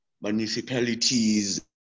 municipalities